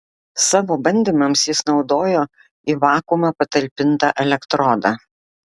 savo bandymams jis naudojo į vakuumą patalpintą elektrodą